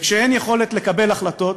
כשאין יכולת לקבל החלטות,